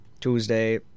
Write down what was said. Tuesday